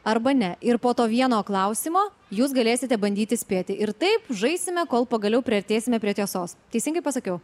arba ne ir po to vieno klausimo jūs galėsite bandyti spėti ir taip žaisime kol pagaliau priartėsime prie tiesos teisingai pasakiau